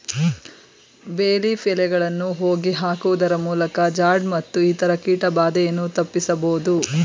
ಬೇ ಲೀಫ್ ಎಲೆಗಳನ್ನು ಹೋಗಿ ಹಾಕುವುದರಮೂಲಕ ಜಾಡ್ ಮತ್ತು ಇತರ ಕೀಟ ಬಾಧೆಯನ್ನು ತಪ್ಪಿಸಬೋದು